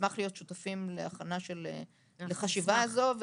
נשמח להיות שותפים לחשיבה הזו,